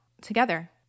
together